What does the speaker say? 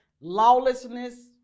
Lawlessness